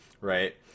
right